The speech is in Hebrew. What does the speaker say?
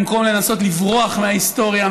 במקום לנסות לברוח מההיסטוריה,